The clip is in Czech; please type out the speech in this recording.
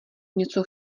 něco